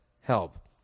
help